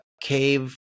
Cave